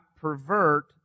pervert